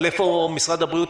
אבל איפה משרד הבריאות?